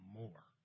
more